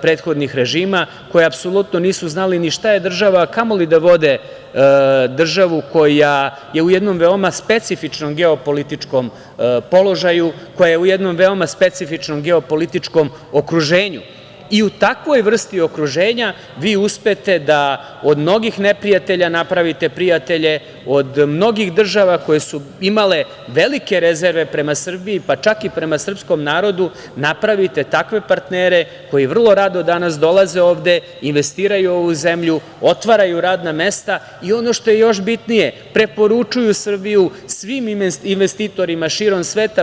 prethodnih režima, koji apsolutno nisu znali ni šta je država, a kamoli da vode državu koja je u jednom veoma specifičnom geopolitičkom položaju, koja je u jednom veoma specifičnom geopolitičkom okruženju i u takvoj vrsti okruženja vi uspete da od mnogih neprijatelja napravite prijatelje, od mnogih država koje su imale velike rezerve prema Srbiji, pa čak i prema srpskom narodu napravite takve partnere koji vrlo rado danas dolaze ovde, investiraju u ovu zemlju, otvaraju radna mesta i ono što je još bitnije preporučuju Srbiju svim investitorima širom sveta.